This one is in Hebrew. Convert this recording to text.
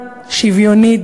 שוויונית,